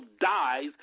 dies